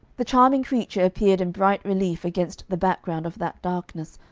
the charming creature appeared in bright relief against the background of that darkness,